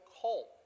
cult